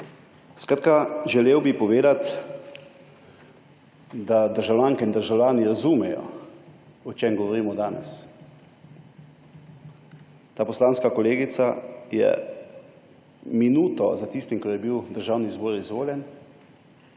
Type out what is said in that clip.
Skratka, želel bi povedati, da državljanke in državljani razumejo, o čem govorimo danes. Ta poslanska kolegica je minuto za tistim, ko je bil v Državni zbor izvoljen,